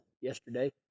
yesterday